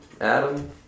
Adam